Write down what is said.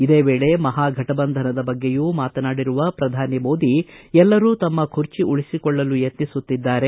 ಇದೇ ವೇಳೆ ಮಹಾಫಟಬಂಧನದ ಬಗ್ಗೆಯೂ ಮಾತನಾಡಿರುವ ಪ್ರಧಾನಿ ಮೋದಿ ಎಲ್ಲರೂ ತಮ್ಮ ಖುರ್ಚಿ ಉಳಿಸಿಕೊಳ್ಳಲು ಯತ್ನಿಸುತ್ತಿದ್ದಾರೆ